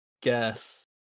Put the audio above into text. guess